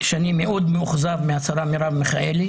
שאני מאוד מאוכזב מהשרה מרב מיכאלי